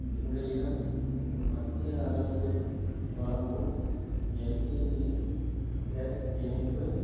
எங்களிடம் மத்திய அரசு வழங்கும் எல்பிஜி கேஸ் இணைப்பு